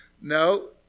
No